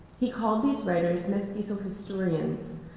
he called these writers mestizo historians,